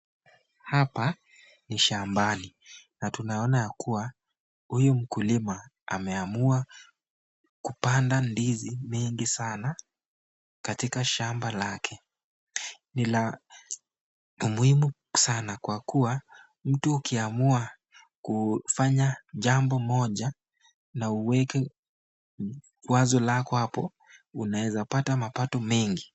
Hapa ni shambani na tunaona ya kuwa huyu mkulima ameamua kupanda ndizi mingi sana katika shamba lake. Ni la umuhimu sana kwa kuwa mtu ukiamua kufanya jambo moja na uweke wazo lako hapoa unaweza pata mapato mengi.